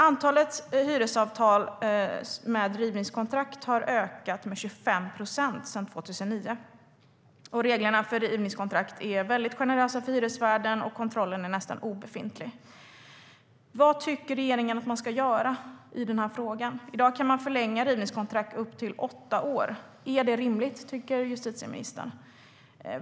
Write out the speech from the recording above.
Antalet hyresavtal med rivningskontrakt har ökat med 25 procent sedan 2009. Reglerna för rivningskontrakt är generösa för hyresvärden, och kontrollen är nästan obefintlig. Vad tycker regeringen att man ska göra i frågan? I dag kan rivningskontrakt förlängas i upp till åtta år. Är det rimligt, tycker justitieministern?